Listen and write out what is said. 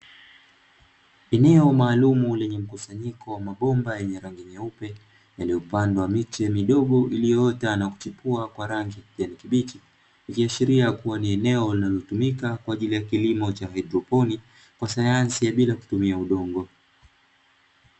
Eneo maalumu lenye mkusanyiko wa mabomba yenye rangi nyeupe yaliyopandwa miche midogo iliyoota na kuchipua kwa rangi ya kijani kibichi, ikiashiria kuwa ni eneo linalotumika kwa ajili ya kilimo cha haidroponi kwa sayansi ya bila kutumia udongo.